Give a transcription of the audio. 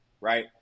right